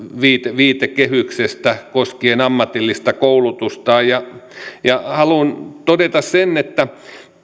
viitekehyksestä koskien ammatillista koulutusta haluan todeta sen että